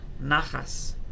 nachas